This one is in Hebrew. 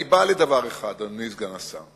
אני בא לדבר אחד, אדוני סגן השר: